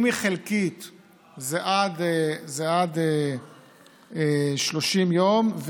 אם היא חלקית זה עד 30 יום,